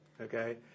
okay